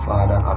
Father